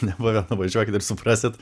nebuvę nuvažiuokit ir suprasit